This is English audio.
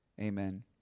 Amen